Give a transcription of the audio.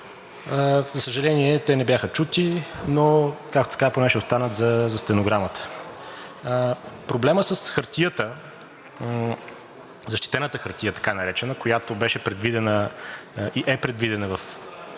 За съжаление, те не бяха чути, но както се казва, поне ще останат за стенограмата. Проблемът с хартията, защитената хартия така наречена, която беше предвидена и е предвидена в